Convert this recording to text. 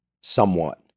somewhat